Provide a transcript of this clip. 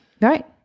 Right